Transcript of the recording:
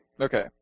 Okay